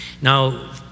Now